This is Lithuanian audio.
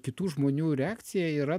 kitų žmonių reakcija yra